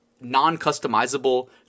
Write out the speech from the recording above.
non-customizable